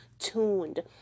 tuned